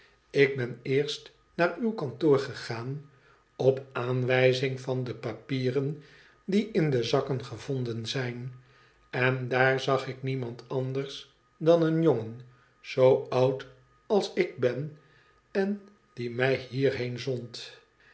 ik ben eerst naar uw kantoor gegaan op aanwijzing van de papieren die in de zakken gevonden zijn en daar zag ik niemand anders dan een jongen zoo oud als ik ben en die mij hierheen zond